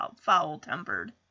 foul-tempered